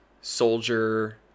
Soldier